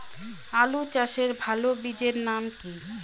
আলু চাষের ভালো বীজের নাম কি?